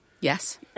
Yes